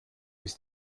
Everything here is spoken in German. ist